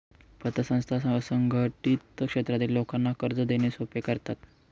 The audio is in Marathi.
पतसंस्था असंघटित क्षेत्रातील लोकांना कर्ज देणे सोपे करतात